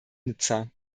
nizza